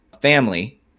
family